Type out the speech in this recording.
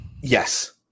Yes